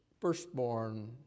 firstborn